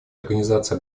организации